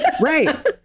right